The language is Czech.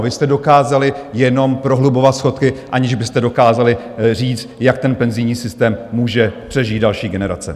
Vy jste dokázali jenom prohlubovat schodky, aniž byste dokázali říct, jak ten penzijní systém může přežít další generace.